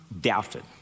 doubted